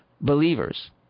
believers